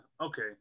Okay